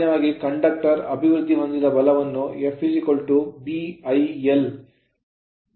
ಸಾಮಾನ್ಯವಾಗಿ conductor ವಾಹಕದಲ್ಲಿ ಅಭಿವೃದ್ಧಿಹೊಂದಿದ ಬಲವನ್ನು F BIl N N ಇಲ್ಲಿ ನ್ಯೂಟನ್ ಘಟಕ